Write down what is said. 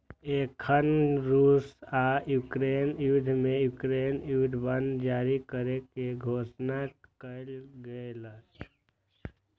एखन रूस आ यूक्रेन युद्ध मे यूक्रेन युद्ध बांड जारी करै के घोषणा केलकैए